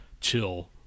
chill